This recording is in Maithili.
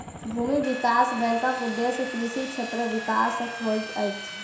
भूमि विकास बैंकक उदेश्य कृषि क्षेत्रक विकास होइत अछि